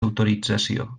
autorització